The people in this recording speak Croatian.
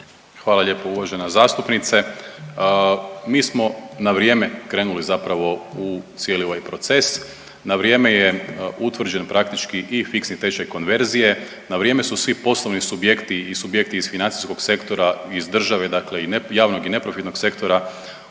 Hvala lijepo uvažena zastupnice. Mi smo na vrijeme krenuli zapravo u cijeli ovaj proces, na vrijeme je utvrđen praktički i fiksni tečaj konverzije, na vrijeme su svi poslovni subjekti i subjekti iz financijskog sektora iz države dakle javnog i neprofitnog sektora